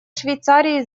швейцарии